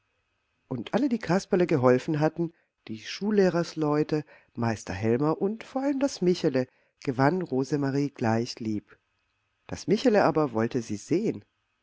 und alle die kasperle geholfen hatten die schullehrersleute meister helmer und vor allem das michele gewann rosemarie gleich lieb das michele aber wollte sie sehen